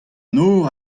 nor